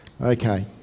Okay